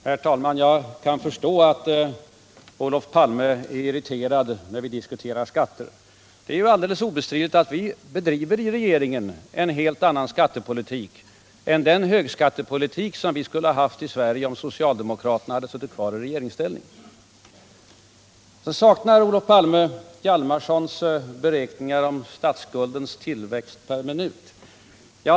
Herr talman! Jag kan förstå att Olof Palme är irriterad när vi diskuterar skatter. Det är ju alldeles obestridligt att vi i regeringen bedriver en helt annan skattepolitik än den högskattepolitik som vi skulle ha haft i Sverige, om socialdemokraterna suttit kvar i regeringsställning. Olof Palme sade sig sakna Jarl Hjalmarsons beräkningar om statsskuldens tillväxt per minut.